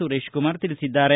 ಸುರೇಶಕುಮಾರ್ ತಿಳಿಸಿದ್ದಾರೆ